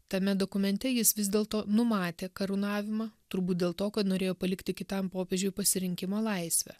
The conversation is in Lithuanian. tame dokumente jis vis dėlto numatė karūnavimą turbūt dėl to kad norėjo palikti kitam popiežiui pasirinkimo laisvę